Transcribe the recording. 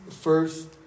first